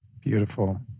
Beautiful